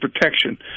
protection